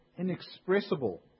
inexpressible